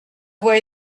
voix